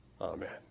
Amen